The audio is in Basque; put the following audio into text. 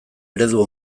eredu